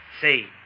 Say